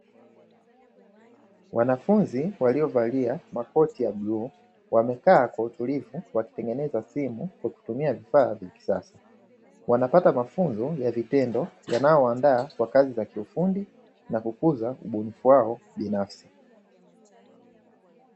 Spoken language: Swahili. Wanafunzi waliovalia makoti ya bluu wamekaa kwa utulivu wakitengeneza simu kwa kutumia vifaa vya kisasa, wanapata mafunzo ya vitendo, yanayo waandaa kwa kazi za kiufundi na kukuza ubunifu wao binafsi.